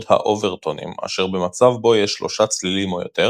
האוברטונים אשר במצב בו יש שלושה צלילים או יותר,